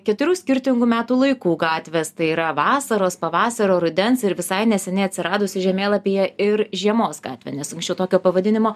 keturių skirtingų metų laikų gatvės tai yra vasaros pavasario rudens ir visai neseniai atsiradusi žemėlapyje ir žiemos gatvė nes anksčiau tokio pavadinimo